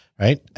right